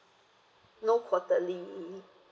no quarterly